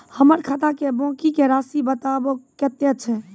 हमर खाता के बाँकी के रासि बताबो कतेय छै?